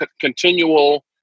continual